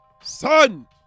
son